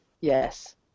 Yes